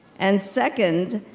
and second,